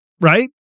Right